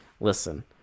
Listen